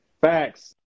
Facts